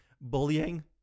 bullying